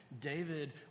David